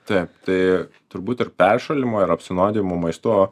taip tai turbūt ir peršalimo ir apsinuodijimo maistu